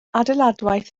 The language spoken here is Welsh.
adeiladwaith